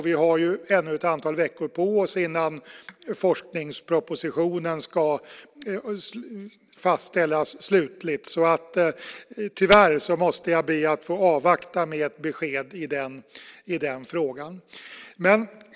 Vi har ännu ett antal veckor på oss innan forskningspropositionen ska fastställas slutligt. Tyvärr måste jag be att få avvakta med besked i den frågan.